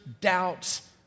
doubts